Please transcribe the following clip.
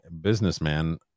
businessman